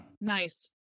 nice